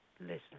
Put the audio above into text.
Listen